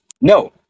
No